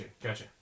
Gotcha